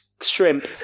shrimp